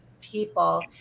people